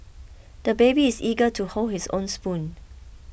the baby is eager to hold his own spoon